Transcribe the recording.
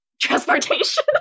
Transportation